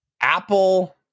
Apple